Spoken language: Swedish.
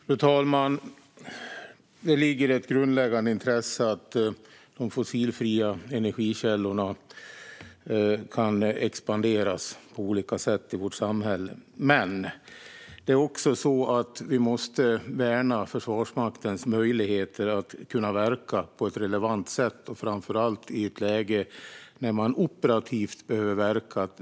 Fru talman! Det ligger ett grundläggande intresse i att de fossilfria energikällorna kan expanderas på olika sätt i vårt samhälle. Men det är också så att vi måste värna Försvarsmaktens möjligheter att verka på ett relevant sätt, framför allt i ett läge där man behöver verka operativt.